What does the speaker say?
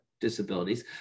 disabilities